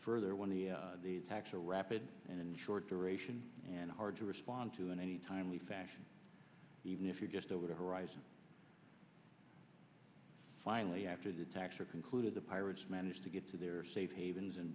further when the attacks are rapid and short duration and hard to respond to in any timely fashion even if you just over the horizon finally after the attacks are concluded the pirates managed to get to their safe havens and